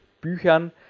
Büchern